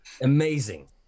amazing